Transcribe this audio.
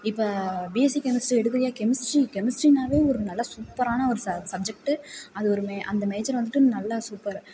இப்போ BSc chemistry எடுத்துக்க chemistry கெமிஸ்ட்ரினாலே ஒரு நல்ல சூப்பரான ஒரு சப்ஜெக்ட்டு அது ஒரு மே அந்த மேஜர் வந்துட்டு நல்ல சூப்பர்